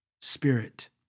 spirit